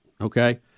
okay